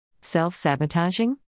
Self-sabotaging